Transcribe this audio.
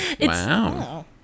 wow